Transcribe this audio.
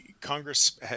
Congress